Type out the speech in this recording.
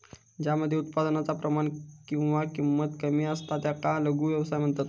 ज्या मध्ये उत्पादनाचा प्रमाण किंवा किंमत कमी असता त्याका लघु व्यवसाय म्हणतत